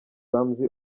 ramsey